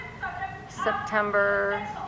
September